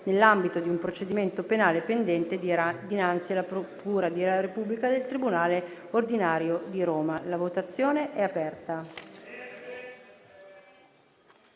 nell'ambito di un procedimento penale pendente dinanzi alla procura della Repubblica presso il tribunale ordinario di Roma. *(Segue la votazione)*.